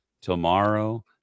tomorrow